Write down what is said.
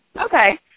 Okay